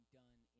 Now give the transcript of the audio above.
done